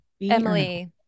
Emily